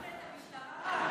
עדכנת את המשטרה רק?